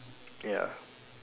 ya